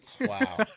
Wow